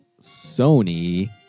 Sony